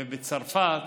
בצרפת